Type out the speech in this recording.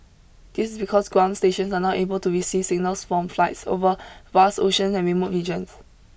this is because ground stations are now able to receive signals from flights over vast oceans and remote regions